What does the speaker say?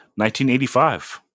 1985